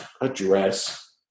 address